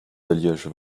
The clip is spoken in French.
alliages